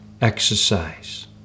exercise